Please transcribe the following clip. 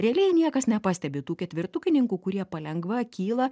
realiai niekas nepastebi tų ketvirtukininkų kurie palengva kyla